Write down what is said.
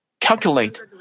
calculate